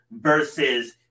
versus